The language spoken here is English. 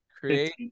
Create